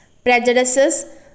prejudices